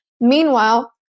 Meanwhile